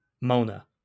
Mona